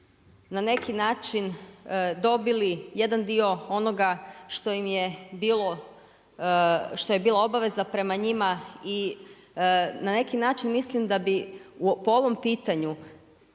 na neki način dobili jedan dio noga što im je bilo, što je bila obaveza prema njima. I na neki način mislim da bi po ovom pitanju